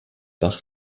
bach